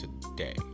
today